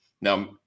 Now